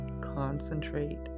concentrate